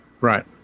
Right